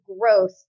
growth